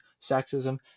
sexism